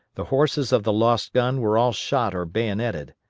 the horses of the lost gun were all shot or bayonetted.